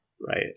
right